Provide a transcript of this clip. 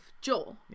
Joel